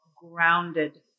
grounded